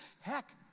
Heck